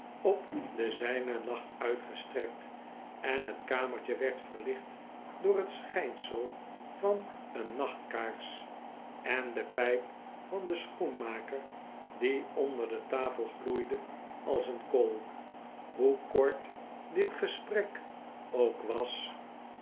op de zijne lag uitgestrekt en het kamertje werd verlicht door het schijnsel van een nachtkaars en de pijp van den schoenmaker die onder de tafel gloeide als een kool hoe kort dit gesprek opk was